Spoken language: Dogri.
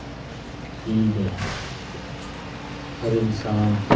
की के हर इन्सान